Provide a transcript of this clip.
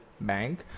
bank